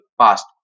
past